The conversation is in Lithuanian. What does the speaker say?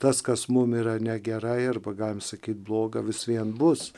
tas kas mum yra negerai arba galim sakyt bloga vis vien bus